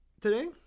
today